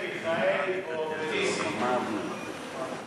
או שיש דברים שהם יותר חשובים.